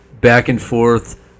back-and-forth